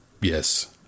Yes